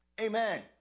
Amen